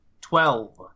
Twelve